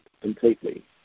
completely